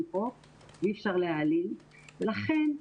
לכן,